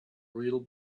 real